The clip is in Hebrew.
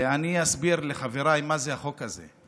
ואני אסביר לחבריי מה זה החוק הזה.